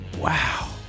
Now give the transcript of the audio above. Wow